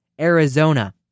Arizona